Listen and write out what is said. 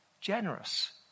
generous